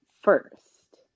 first